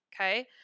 okay